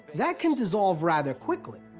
that can dissolve rather quickly.